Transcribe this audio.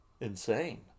insane